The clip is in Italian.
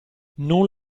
non